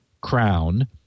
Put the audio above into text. crown